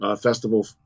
festival